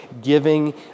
giving